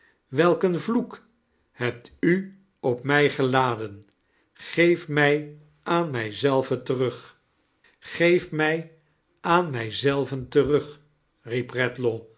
welk een vloek hebt u op mij geladen greet mij aan mij zelven terug greef mij aan mij zelven terug